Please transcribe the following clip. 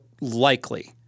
likely